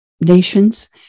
nations